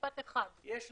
משפט אחד - בסיכום